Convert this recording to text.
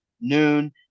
Noon